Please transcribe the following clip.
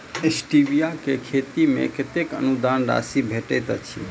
Stevia केँ खेती मे कतेक अनुदान राशि भेटैत अछि?